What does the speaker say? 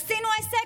עשינו עסק?